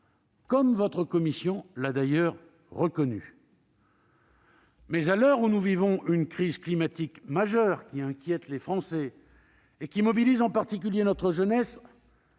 comme votre commission l'a d'ailleurs reconnu. À l'heure où nous vivons une crise climatique majeure qui inquiète les Français et mobilise, en particulier, notre jeunesse,